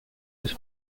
dos